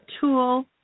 tool